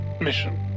Mission